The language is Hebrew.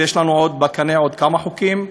ויש לנו בקנה עוד כמה חוקים.